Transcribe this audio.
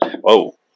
Whoa